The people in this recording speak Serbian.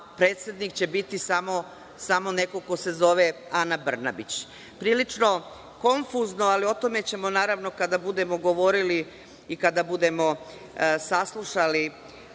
predsednik će biti samo neko ko se zove Ana Brnabić. Prilično konfuzno, ali o tome ćemo naravno kada budemo govorili i kada budemo saslušali